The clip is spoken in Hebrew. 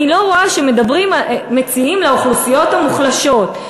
אני לא רואה שמציעים לאוכלוסיות המוחלשות,